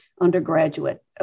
undergraduate